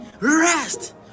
rest